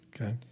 Okay